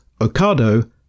Ocado